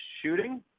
shooting